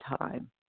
time